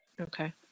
Okay